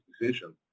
decision